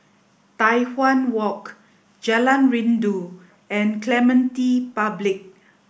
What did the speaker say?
Tai Hwan Walk Jalan Rindu and Clementi Public